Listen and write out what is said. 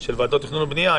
של ועדות תכנון ובנייה,